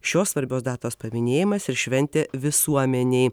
šios svarbios datos paminėjimas ir šventė visuomenei